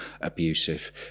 abusive